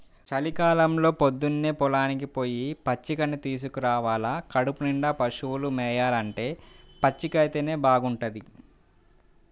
చలికాలంలో పొద్దన్నే పొలానికి పొయ్యి పచ్చికని తీసుకురావాల కడుపునిండా పశువులు మేయాలంటే పచ్చికైతేనే బాగుంటది